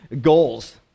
goals